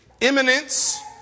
eminence